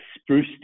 spruce